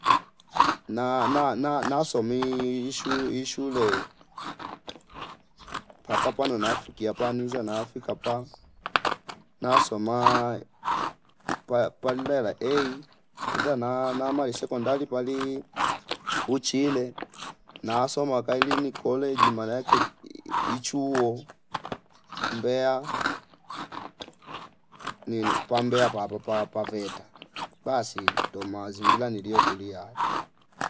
Na- na- nasomi ishu- ishule pakapawa nonafikia paniza nafika pa nasoma upaya palela A inda na- nama isekondari pali uchile nasoma wakaili ni koleji maana ake ii- ichuo Mbeya nini pambeya papo pa- paveta basi ndo mazingira nilio kulia hayo